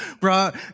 brought